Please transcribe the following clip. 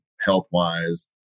health-wise